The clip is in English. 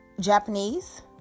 Japanese